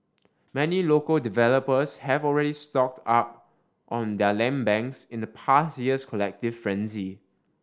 many local developers have already stocked up on their land banks in the past year's collective frenzy